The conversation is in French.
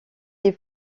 les